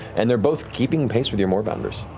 and they're both keeping pace with your moorbounders.